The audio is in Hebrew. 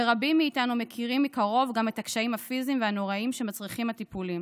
ורבים מאיתנו מכירים מקרוב גם את הקשיים הפיזיים והנוראיים מהטיפולים